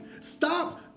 Stop